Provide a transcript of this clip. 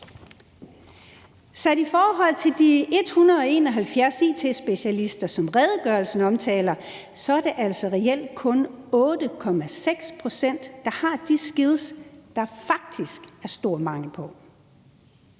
Sat i forhold til de 171 it-specialister, som redegørelsen omtaler, er det altså reelt kun 8,6 pct., der har de skills, der faktisk er stor mangel på.